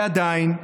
ועדיין,